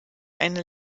eine